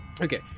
Okay